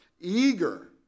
eager